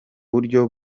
buryo